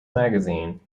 magazine